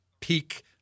peak